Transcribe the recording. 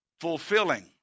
fulfilling